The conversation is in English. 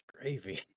gravy